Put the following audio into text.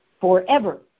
forever